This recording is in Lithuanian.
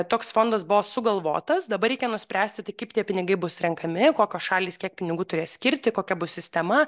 toks fondas buvo sugalvotas dabar reikia nuspręsti tai kaip tie pinigai bus renkami kokios šalys kiek pinigų turės skirti kokia bus sistema